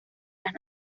las